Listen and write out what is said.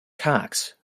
cox